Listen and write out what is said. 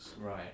Right